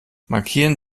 markieren